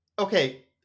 Okay